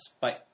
Bye